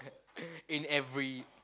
in every